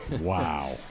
Wow